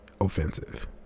offensive